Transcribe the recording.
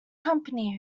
company